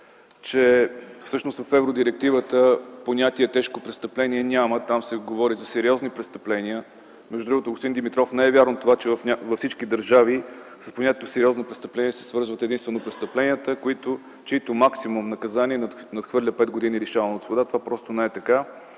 че всъщност в евродирективата понятие „тежко престъплениe” няма. Там се говори за „сериозни престъпления”. Между другото, господин Димитров, не е вярно, че във всички държави с понятието „сериозни престъпления” се свързват единствено престъпленията, чийто максимум наказание надхвърля 5 години лишаване от свобода. Това просто не е така.